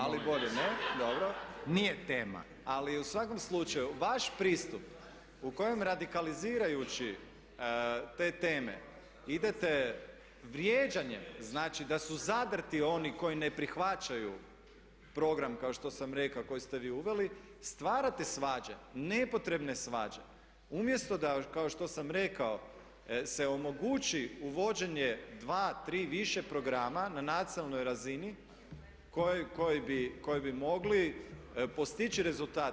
Ali bolje ne [[Upadica predsjednik: Nije tema.]] Ali u svakom slučaju vaš pristup u kojem radikalizirajući te teme idete vrijeđanjem, znači da su zadrti oni koji ne prihvaćaju program kao što sam rekao koji ste vi uveli stvarate svađe, nepotrebne svađe umjesto da kao što sam rekao se omogući uvođenje dva, tri više programa na nacionalnoj razini koji bi mogli postići rezultat.